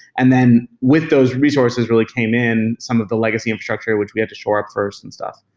and then with those resources really came in some of the legacy infrastructure which we had to shore up first and stuff.